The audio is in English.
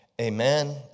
Amen